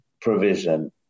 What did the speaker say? provision